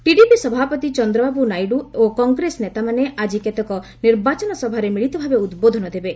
TDP ସଭାପତି ଚନ୍ଦ୍ରବାବୁ ନାଇଡୁ ଓ କଂଗ୍ରେସ ନେତାମାନେ ଆଜି କେତେକ ନିର୍ବାଚନ ସଭାରେ ମିଳିତ ଭାବେ ଉଦ୍ବୋଧନ ଦେବେ